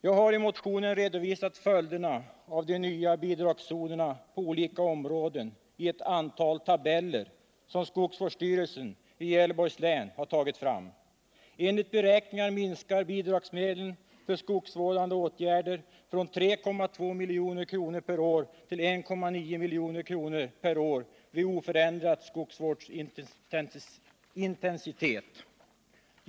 Jag har i motionen redovisat följderna av de nya bidragszonerna på olika områden i ett antal tabeller, som skogsvårdsstyrelsen i Gävleborgs län har tagit fram. Enligt beräkningar minskar bidragsmedlen för skogsvårdande åtgärder från ca 3,2 milj.kr. per år till ca 1,9 milj.kr. per år vid oförändrad skogsvårdsintensitet.